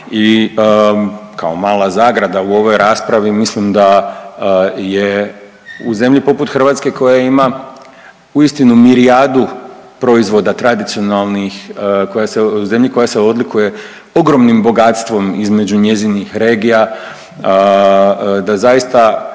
i kao mala zagrada u ovoj raspravi mislim da je u zemlji poput Hrvatske koja ima uistinu milijardu proizvoda tradicionalnih, zemlji koja se odlikuje ogromnim bogatstvom između njezinih regija, da zaista